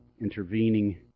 intervening